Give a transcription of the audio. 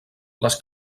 les